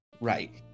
Right